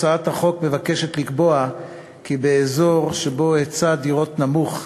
הצעת החוק מבקשת לקבוע כי באזור שבו היצע דירות נמוך,